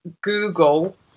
Google